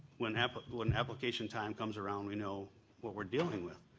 when when application time comes around, we know what we're dealing with,